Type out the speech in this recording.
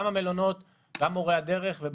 גם המלונות וגם מורי הדרך.